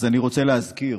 אני רוצה להזכיר.